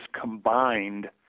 combined